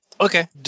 Okay